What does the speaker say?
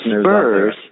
spurs